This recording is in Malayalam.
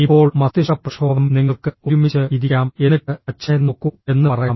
ഇപ്പോൾ മസ്തിഷ്കപ്രക്ഷോഭംഃ നിങ്ങൾക്ക് ഒരുമിച്ച് ഇരിക്കാം എന്നിട്ട് അച്ഛനെ നോക്കൂ എന്ന് പറയാം